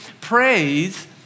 praise